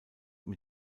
mit